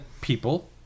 people